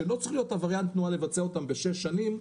שלא צריך להיות עבריין תנועה לבצע אותן בשש שנים,